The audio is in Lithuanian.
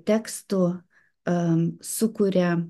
tekstų am sukuria